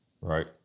Right